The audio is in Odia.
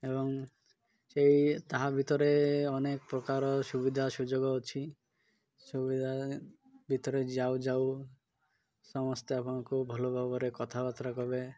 ଏବଂ ସେଇ ତାହା ଭିତରେ ଅନେକ ପ୍ରକାର ସୁବିଧା ସୁଯୋଗ ଅଛି ସୁବିଧା ଭିତରେ ଯାଉ ଯାଉ ସମସ୍ତେ ଆପଣଙ୍କୁ ଭଲ ଭାବରେ କଥାବାର୍ତ୍ତା କେବେ